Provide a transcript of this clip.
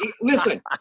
listen